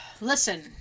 Listen